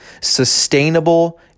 sustainable